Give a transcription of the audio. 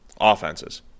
offenses